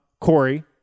Corey